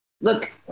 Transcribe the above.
look